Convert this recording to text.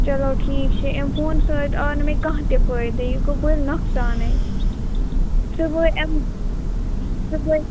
چَلو ٹھیٖک چھُ امہٕ فونہٕ سۭتۍ آو نہٕ مےٚ کانٛہہ تہِ فٲیدٕ یہِ گوٚو بٔلۍ نۄقصانٕے صِبحٲے امہِ صِبحٲے